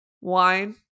wine